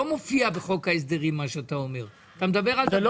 מה שאתה מדבר עליו לא מופיע בחוק ההסדרים.